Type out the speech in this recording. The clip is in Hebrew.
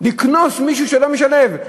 לקנוס מישהו שלא משלב.